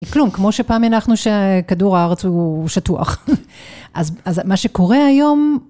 כלום, כמו שפעם הנחנו שכדור הארץ הוא שטוח. אז מה שקורה היום...